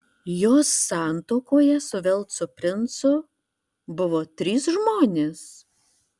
jos santuokoje su velso princu buvo trys žmonės